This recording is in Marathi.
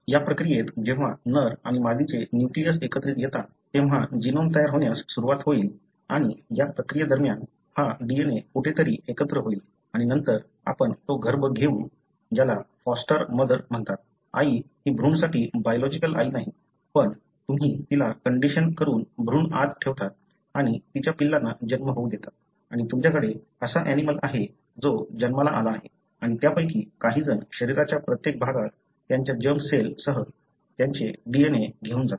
या प्रक्रियेत जेव्हा नर आणि मादीचे न्यूक्लियस एकत्र येतात तेव्हा जीनोम तयार होण्यास सुरवात होईल आणि या प्रक्रियेदरम्यान हा DNA कुठेतरी एकत्रित होईल आणि नंतर आपण तो गर्भ घेऊ ज्याला फॉस्टर मदर म्हणतात आई ही भ्रूणासाठी बायोलॉजिकल आई नाही पण तुम्ही तिला कंडिशन करून भ्रूण आत ठेवता आणि तिच्या पिल्लांना जन्म होऊ देता आणि तुमच्याकडे असाऍनिमलं आहे जो जन्माला आला आहे आणि त्यापैकी काहीजण शरीराच्या प्रत्येक भागात त्यांच्या जर्म सेलसह त्यांचे DNA घेऊन जातील